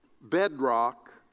bedrock